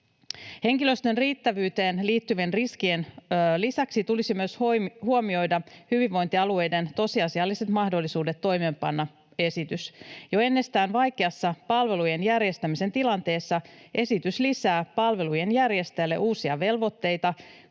Henkilöstön riittävyyteen liittyvien riskien lisäksi tulisi myös huomioida hyvinvointialueiden tosiasialliset mahdollisuudet toimeenpanna esitys. Jo ennestään vaikeassa palvelujen järjestämisen tilanteessa esitys lisää palvelujen järjestäjille uusia velvoitteita,